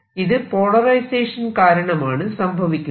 ഇത് പോളറൈസേഷൻ കാരണമാണ് സംഭവിക്കുന്നത്